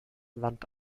land